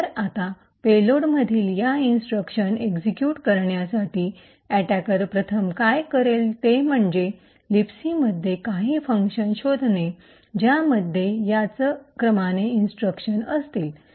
तर आता पेलोडमधील या इन्स्ट्रक्शन एक्सिक्यूट करण्यासाठी अटैकर प्रथम काय करेल ते म्हणजे लिबसी मध्ये काही फंक्शन शोधणे ज्या मध्ये याच क्रमाने इन्स्ट्रक्शन असतील